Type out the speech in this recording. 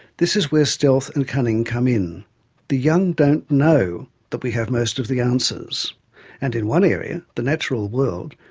this is where stealth and cunning come in the young don't know that we have most of the answers and in one area, the natural world,